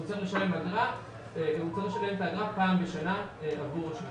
הוא צריך לשלם את האגרה פעם בשנה עבור שנתיים.